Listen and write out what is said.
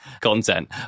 content